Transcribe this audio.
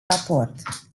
raport